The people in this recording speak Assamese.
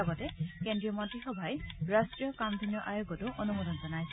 লগতে কেন্দ্ৰীয় মন্ত্ৰীসভাই ৰাষ্ট্ৰীয় কামধেনু আয়োগতো অনুমোদন জনাইছে